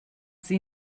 sie